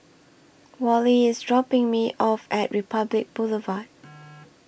Wally IS dropping Me off At Republic Boulevard